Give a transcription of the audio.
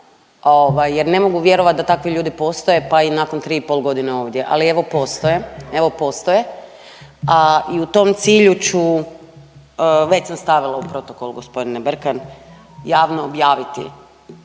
jer ne mogu vjerovat da takvi ljudi postoje pa i nakon tri i pol godine ovdje. Ali evo postoje, evo postoje i u tom cilju ću već sam stavila u protokol gospodine Brkan javno objaviti